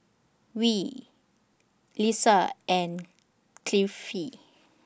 Dwi Lisa and Kifli